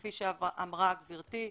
כפי שאמרה גברתי,